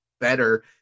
better